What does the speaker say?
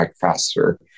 faster